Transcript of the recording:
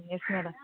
yes madam